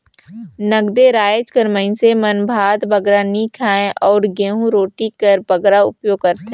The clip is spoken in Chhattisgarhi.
नगदे राएज कर मइनसे मन भात बगरा नी खाएं अउ गहूँ रोटी कर बगरा उपियोग करथे